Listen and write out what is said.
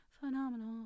phenomenal